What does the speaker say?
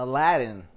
Aladdin